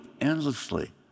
endlessly